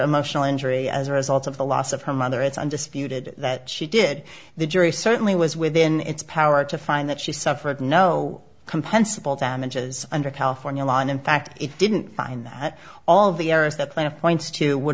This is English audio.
emotional injury as a result of the loss of her mother it's undisputed that she did the jury certainly was within its power to find that she suffered no compensable damages under california law and in fact it didn't find that all the errors that plaintiff points to would